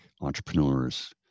entrepreneurs